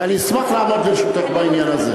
ואשמח לעמוד לרשותך בעניין הזה.